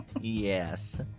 Yes